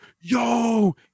yo